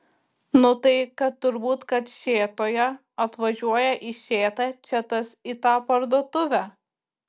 nu tai kad turbūt kad šėtoje atvažiuoja į šėtą čia tas į tą parduotuvę